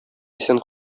исән